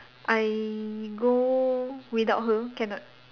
I go without her cannot